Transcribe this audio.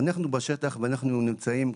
אנחנו בשטח ואנחנו נמצאים.